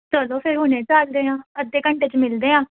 ਚਲੋ ਫੇਰ ਹੁਣੇ ਚੱਲਦੇ ਹਾਂ ਅੱਧੇ ਘੰਟੇ 'ਚ ਮਿਲਦੇ ਹਾਂ